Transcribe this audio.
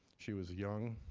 she was young.